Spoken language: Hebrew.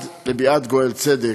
ועד לביאת גואל צדק,